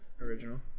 original